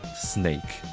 snake.